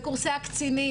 בקורסי הקצינים,